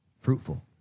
fruitful